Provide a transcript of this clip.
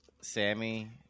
Sammy